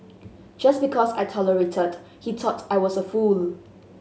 just because I tolerated he thought I was a fool